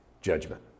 judgment